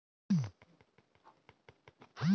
মটর বা ছোলা হল এক ধরনের প্রোটিন যুক্ত শস্য